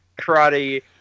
karate